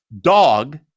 dog